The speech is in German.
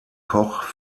koch